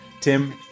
Tim